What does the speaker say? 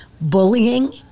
bullying